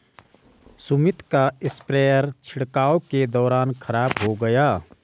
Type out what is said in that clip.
सुमित का स्प्रेयर छिड़काव के दौरान खराब हो गया